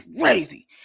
crazy